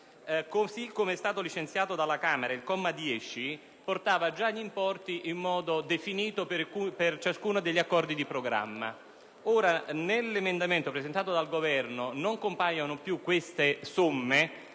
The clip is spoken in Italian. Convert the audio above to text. Così come è stato licenziato dalla Camera, il comma 10 portava già gli importi in modo definito per ciascuno degli accordi di programma. Nell'emendamento presentato dal Governo non compaiono più queste somme;